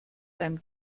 einem